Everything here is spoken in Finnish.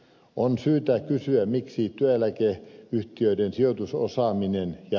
on syytä kysyä miksi täälläkö ne joiden sijoitusosaaminen ja